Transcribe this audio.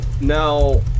now